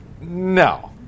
no